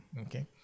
Okay